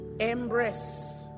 Embrace